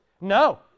No